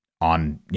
on